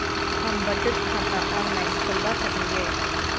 हम बचत खाता ऑनलाइन खोलबा सकलिये?